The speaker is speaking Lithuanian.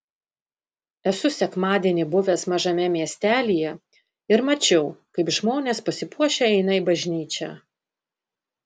esu sekmadienį buvęs mažame miestelyje ir mačiau kaip žmonės pasipuošę eina į bažnyčią